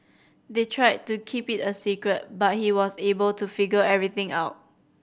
they tried to keep it a secret but he was able to figure everything out